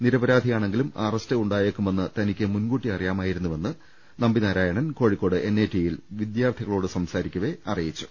നിരപരാ ധിയാണെങ്കിലും അറസ്റ്റ് ഉണ്ടായേക്കുമെന്ന് തനിക്ക് മുൻകൂട്ടി അറിയാമാ യിരുന്നുവെന്ന് നമ്പിനാരായണൻ കോഴിക്കോട് എൻ ഐ ടിയിൽ വിദ്യാർത്ഥികളോട് സംസാരിക്കവെ അറിയിച്ചു